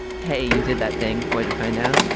hey, you did that thing where you find out.